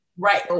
right